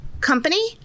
Company